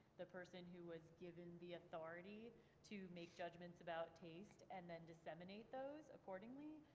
the person who was given the authority to make judgments about taste, and then disseminate those accordingly.